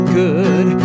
good